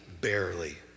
barely